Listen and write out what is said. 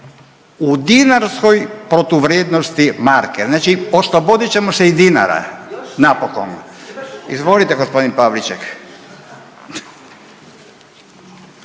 u dinarskoj protuvrijednosti marke. Znači oslobodit ćemo se i dinara napokon. Izvolite gospodin Pavliček.